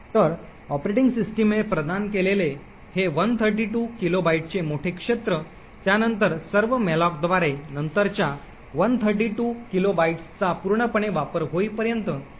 तर ऑपरेटिंग सिस्टमने प्रदान केलेले हे 132 किलोबाइटचे मोठे क्षेत्र त्यानंतरच्या सर्व मॅलोकद्वारे नंतरच्या 132 किलोबाइट्सचा पूर्णपणे वापर होईपर्यंत मुख्य थ्रेडमध्ये वापरला जाईल